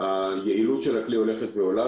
היעילות של הכלי הולכת ועולה,